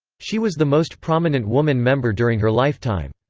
she was the most prominent woman member during her lifetime.